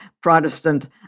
Protestant